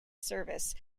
service